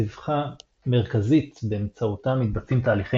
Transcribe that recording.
תווכה מרכזית באמצעותה מתבצעים תהליכי